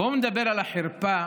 בואו נדבר על החרפה